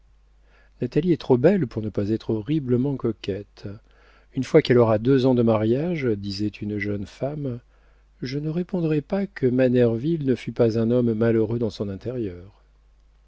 natalie est trop belle pour ne pas être horriblement coquette une fois qu'elle aura deux ans de mariage disait une jeune femme je ne répondrais pas que manerville ne fût pas un homme malheureux dans son intérieur